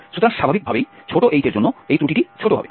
সুতরাং স্বাভাবিকভাবেই ছোট h এর জন্য এই ত্রুটিটি ছোট হবে